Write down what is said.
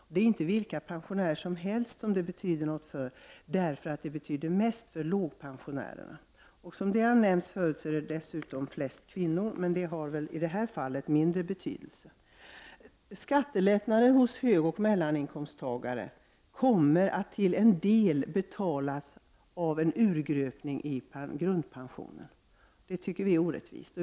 Och det är inte vilka pensionärer som helst som detta har betydelse för, utan det har störst betydelse för pensionärer med låg pension. Och som har nämnts tidigare är det mest fråga om kvinnor, men det har i detta fall mindre betydelse. Skattelättnader för högoch mellaninkomsttagare kommer till en del att betalas genom en urgröpning av grundpensionen. Det tycker vi är orättvist.